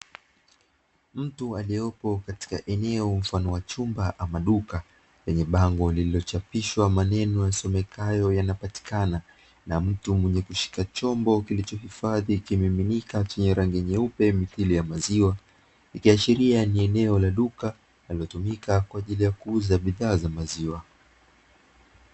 Mtu aliyepo katika eneo mfano wa chumba ama duka, lenye bango lililochapishwa maneno yasomekayo ''yanapatikana'' na mtu mwenye kushika chombo kilichohifadhi kimiminika chenye rangi nyeupe mithili ya maziwa. Ikiashiria ni eneo la duka linalotumika kwa ajili ya kuuza bidhaa za maziwa.